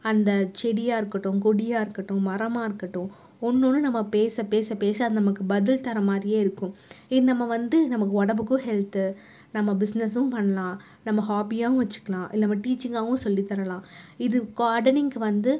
அந்த செடியாக இருக்கட்டும் கொடியாக இருக்கட்டும் மரமாக இருக்கட்டும் ஒன்றுன்னு நம்ம பேச பேச பேச அது நமக்கு பதில் தர மாதிரியே இருக்கும் இ நம்ம வந்து நமக்கு உடம்புக்கும் ஹெல்த்து நம்ம பிஸ்னஸும் பண்ணலாம் நம்ம ஹாபியாகவும் வெச்சுக்கிலாம் இல்லை நம்ம டீச்சிங்காகவும் சொல்லி தரலாம் இது கார்டனிங்குக்கு வந்து